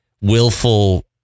willful